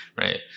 right